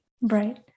Right